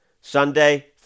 Sunday